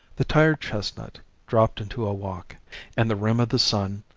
the tired chestnut dropped into a walk and the rim of the sun,